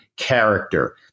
character